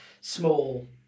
small